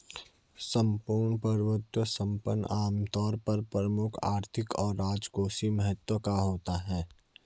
सम्पूर्ण प्रभुत्व संपन्न आमतौर पर प्रमुख आर्थिक और राजकोषीय महत्व का होता है